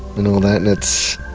and all that. and it's